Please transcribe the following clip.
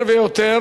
אנחנו יותר ויותר